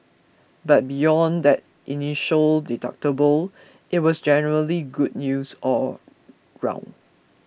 but beyond that initial deductible it was generally good news all round